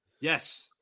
Yes